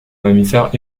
mammifères